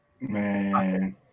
man